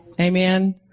Amen